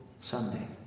Sunday